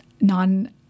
non